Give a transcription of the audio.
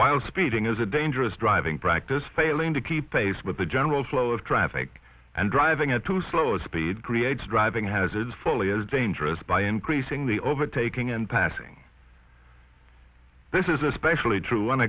while speeding is a dangerous driving practice failing to keep pace with general flow of traffic and driving at too slow speed creates driving hazards folly is dangerous by increasing the overtaking and passing this is especially tru